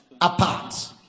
apart